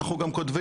אנחנו גם כותבים,